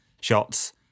shots